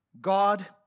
God